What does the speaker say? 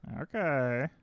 okay